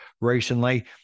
recently